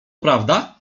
prawda